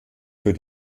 für